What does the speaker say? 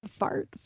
farts